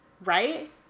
Right